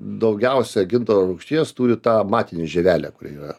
daugiausia gintaro rūgšties turi ta matinė žievelė kur yra